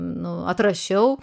nu atrašiau